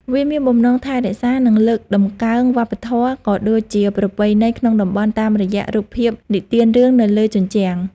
វាមានបំណងថែរក្សា និងលើកតម្កើងវប្បធម៌ ក៏ដូចជាប្រពៃណីក្នុងតំបន់តាមរយៈរូបភាពនិទានរឿងនៅលើជញ្ជាំង។